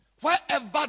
Wherever